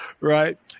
Right